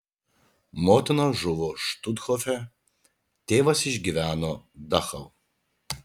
motina žuvo štuthofe tėvas išgyveno dachau